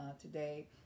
today